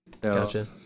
Gotcha